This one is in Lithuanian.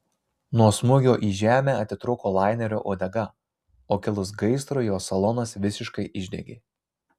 nuo smūgio į žemę atitrūko lainerio uodega o kilus gaisrui jo salonas visiškai išdegė